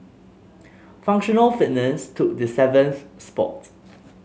functional fitness took the seventh spot